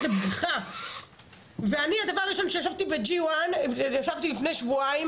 לבדיחה ואני הדבר הראשון שישבתי ב-G1 ישבתי לפני שבועיים,